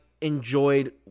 enjoyed